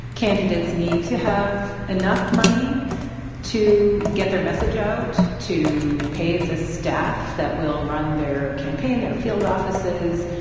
candidates need to have enough money to get their message out, to pay the staff that will run their campaign, their field offices,